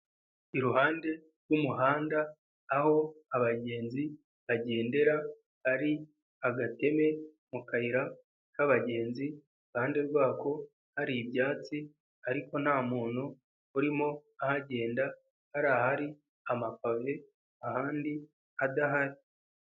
Iruhande rw'umuhanda aho abagenzi bagendera, hari agateme mu kayira k'abagenzi, iruhande rwako hari ibyatsi ariko nta muntu urimo ahagenda, hari ahari amakoni ahandi adahari.